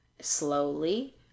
slowly